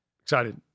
Excited